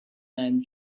man